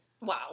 Wow